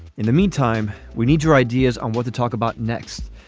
in the meantime we need your ideas on what to talk about next.